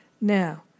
Now